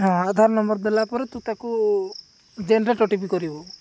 ହଁ ଆଧାର ନମ୍ବର ଦେଲା ପରେ ତୁ ତାକୁ ଜେନରେଟ୍ ଓଟିପି କରିବୁ